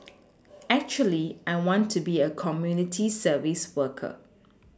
actually I want to be a community service worker